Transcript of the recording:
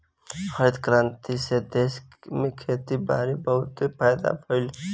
हरित क्रांति से देश में खेती बारी में बहुते फायदा भइल